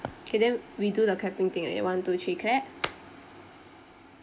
K then we do the clapping thing in one two three clap